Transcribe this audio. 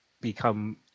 become